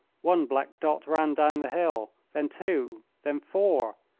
one black dot ran down the hill, then two, then four,